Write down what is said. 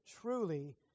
truly